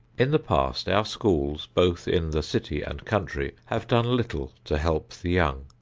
in the past, our schools both in the city and country have done little to help the young.